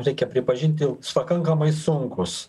reikia pripažinti pakankamai sunkūs